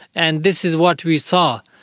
and this is what we saw.